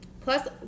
plus